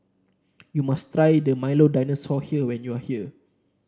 you must try the Milo Dinosaur when you are here